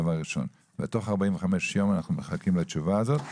בתוך 45 יום אנחנו מחכים לתשובה הזאת.